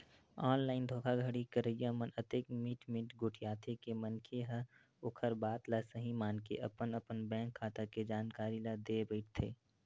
online धोखाघड़ी करइया मन अतेक मीठ मीठ गोठियाथे के मनखे ह ओखर बात ल सहीं मानके अपन अपन बेंक खाता के जानकारी ल देय बइठथे